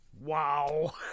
Wow